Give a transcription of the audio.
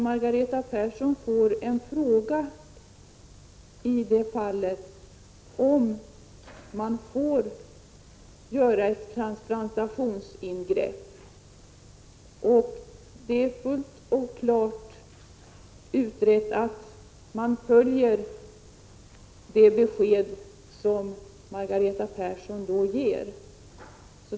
Margareta Persson kommer ju i så fall att få frågan om man får göra ett transplantationsingrepp. Man följer då helt och fullt — den saken är utredd — det besked som Margareta Persson ger.